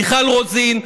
מיכל רוזין,